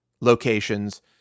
locations